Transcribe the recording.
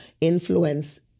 influence